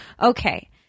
Okay